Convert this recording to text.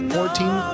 Fourteen